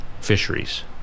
fisheries